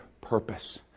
purpose